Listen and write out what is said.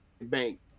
bank